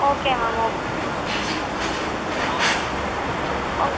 okay ma'am okay okay